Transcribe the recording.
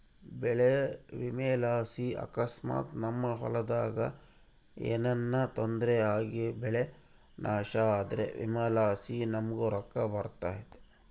ಬೆಳೆ ವಿಮೆಲಾಸಿ ಅಕಸ್ಮಾತ್ ನಮ್ ಹೊಲದಾಗ ಏನನ ತೊಂದ್ರೆ ಆಗಿಬೆಳೆ ನಾಶ ಆದ್ರ ವಿಮೆಲಾಸಿ ನಮುಗ್ ರೊಕ್ಕ ಬರ್ತತೆ